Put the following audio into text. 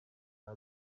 nta